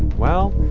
well,